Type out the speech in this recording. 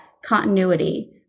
Continuity